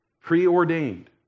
preordained